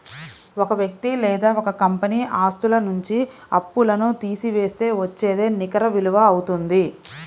ఒక వ్యక్తి లేదా ఒక కంపెనీ ఆస్తుల నుంచి అప్పులను తీసివేస్తే వచ్చేదే నికర విలువ అవుతుంది